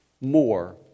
more